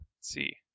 See